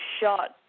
shot